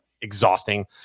exhausting